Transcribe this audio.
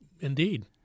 indeed